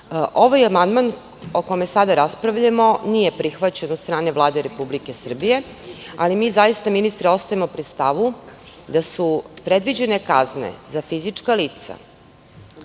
amandman, o kome sada raspravljamo, nije prihvaćen od strane Vlade Republike Srbije, ali mi zaista ministre ostajemo pri stavu da su predviđene kazne za fizička lica